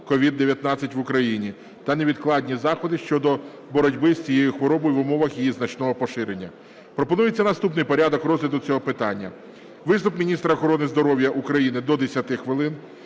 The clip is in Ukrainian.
COVID-19 в Україні та невідкладні заходи щодо боротьби з цією хворобою в умовах її значного поширення. Пропонується наступний порядок розгляду цього питання: виступ міністра охорони здоров'я України – до 10 хвилин,